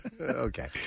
Okay